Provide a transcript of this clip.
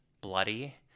bloody